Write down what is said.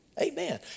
Amen